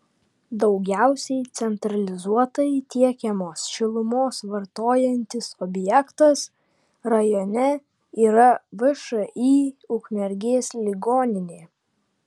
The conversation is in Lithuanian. daugiausiai centralizuotai tiekiamos šilumos vartojantis objektas rajone yra všį ukmergės ligoninė